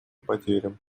потерям